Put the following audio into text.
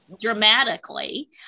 dramatically